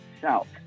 south